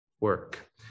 work